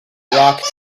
rocked